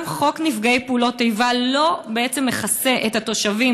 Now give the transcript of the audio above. גם חוק נפגעי פעולות איבה בעצם לא מכסה את התושבים